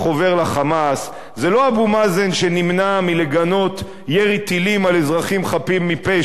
ל"חמאס" זה לא אבו מאזן שנמנע מלגנות ירי טילים על אזרחים חפים מפשע,